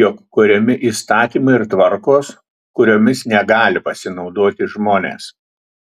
jog kuriami įstatymai ir tvarkos kuriomis negali pasinaudoti žmonės